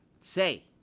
Say